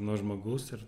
nuo žmogus ir